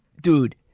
Dude